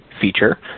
feature